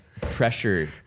pressure